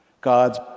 God's